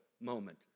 moment